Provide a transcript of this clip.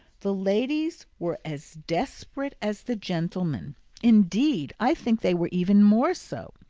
the ladies were as desperate as the gentlemen indeed, i think they were even more so.